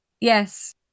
Yes